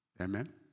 Amen